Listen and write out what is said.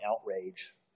outrage